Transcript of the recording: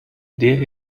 der